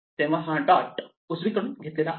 तेव्हा हा डॉट उजवीकडून घेतला आहे